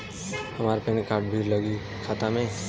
हमार PAN card भी लगी खाता में?